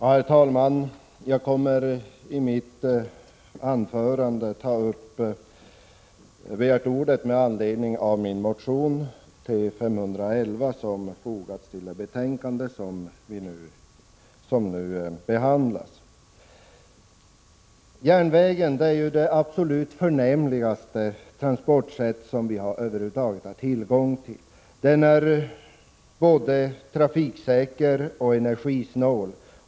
Herr talman! Jag har begärt ordet med anledning av min motion T511, som tas upp i det betänkande som nu behandlas. Järnvägen är ju det absolut förnämligaste transportsättet över huvud taget. Den är både trafiksäker och energisnål.